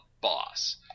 boss